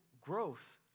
growth